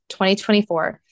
2024